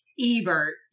Ebert